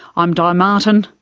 i'm di martin,